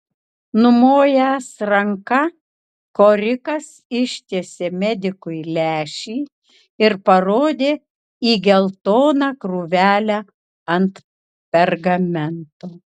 numojęs ranka korikas ištiesė medikui lęšį ir parodė į geltoną krūvelę ant pergamento